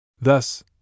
Thus